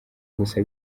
gusa